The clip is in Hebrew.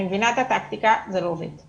אני מבינה את הטקטיקה, זה לא עובד.